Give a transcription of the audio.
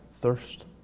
thirst